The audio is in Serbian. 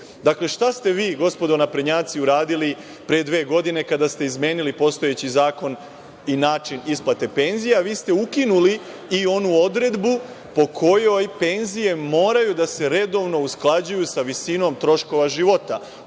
šta ste vi, gospodo naprednjaci, uradili pre dve godine kada ste izmenili postojeći zakon i način isplate penzija? Vi ste ukinuli i onu odredbu po kojoj penzije moraju da se redovno usklađuju sa visinom troškova života,